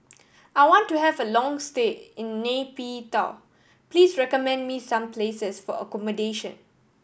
I want to have a long stay in Nay Pyi Taw please recommend me some places for accommodation